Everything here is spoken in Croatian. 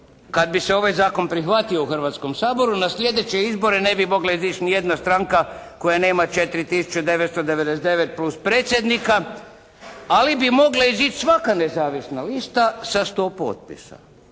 kad bi se ovaj zakon prihvatio u Hrvatskom saboru, na sljedeće izbore ne bi mogla izaći ni jedna stranka koja nema 4 tisuće 999 plus predsjednika, ali bi mogla izaći svaka nezavisna lista sa 100 potpisa.